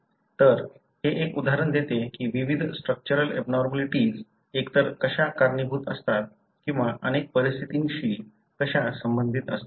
तर हे एक उदाहरण देते की विविध स्ट्रक्चरल एबनॉर्मलिटीज एकतर कशा कारणीभूत असतात किंवा अनेक परिस्थितींशी कशा संबंधित असतात